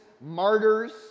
martyrs